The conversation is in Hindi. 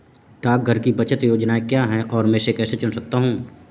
डाकघर की बचत योजनाएँ क्या हैं और मैं इसे कैसे चुन सकता हूँ?